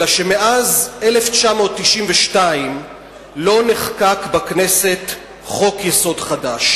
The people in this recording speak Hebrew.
אלא שמאז 1992 לא נחקק בכנסת חוק-יסוד חדש,